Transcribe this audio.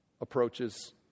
approaches